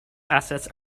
assets